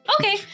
Okay